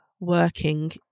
working